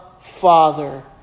Father